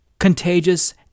contagious